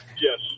yes